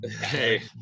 Hey